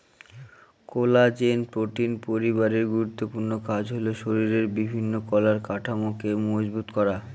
collagen protein পরিবারের গুরুত্বপূর্ণ কাজ হল শরীরের বিভিন্ন কলার কাঠামোকে মজবুত করা